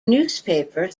newspaper